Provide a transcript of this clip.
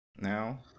now